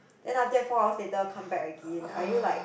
then after that four hours later come back again are you like